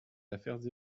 affaires